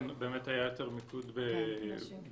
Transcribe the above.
באמת היה יותר מיקוד בנשים.